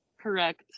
Correct